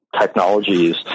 technologies